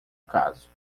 caso